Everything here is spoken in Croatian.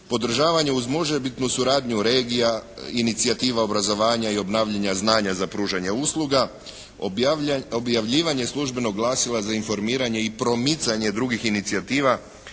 Podržavanje uz možebitnu suradnju regija, inicijativa obrazovanja i obnavljanja znanja za pružanje usluga. Objavljivanje službenog glasila za informiranje i promicanje drugih inicijativa